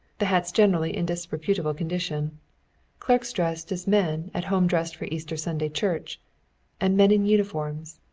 the hats generally in disreputable condition clerks dressed as men at home dressed for easter sunday church and men in uniforms.